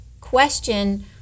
question